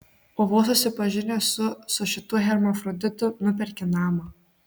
o vos susipažinęs su su šituo hermafroditu nuperki namą